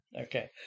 okay